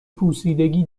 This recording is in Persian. پوسیدگی